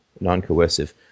non-coercive